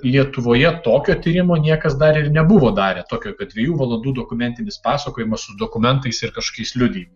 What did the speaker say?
lietuvoje tokio tyrimo niekas dar ir nebuvo darę tokio kad dviejų valandų dokumentinis pasakojimas su dokumentais ir kažkokiais liudijimais